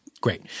great